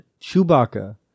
Chewbacca